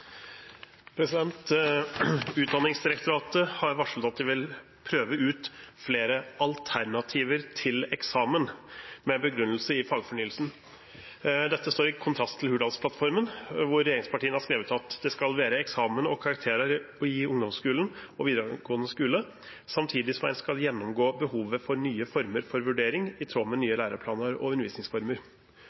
har skrevet: «Det skal vere eksamen og karakterar i ungdomsskulen og vidaregåande skule, samtidig som ein skal gjennomgå behovet for nye former for vurdering i tråd med nye læreplanar og undervisingsformer.» Mener statsråden at eksamen er en viktig vurderingsform, og